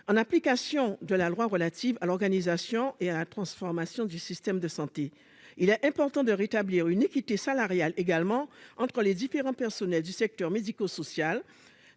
en application de la loi relative à l'organisation et à la transformation du système de santé. Il est également important de rétablir une équité salariale entre les différents personnels du secteur médico-social.